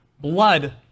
blood